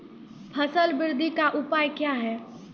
फसल बृद्धि का उपाय क्या हैं?